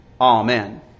Amen